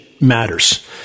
matters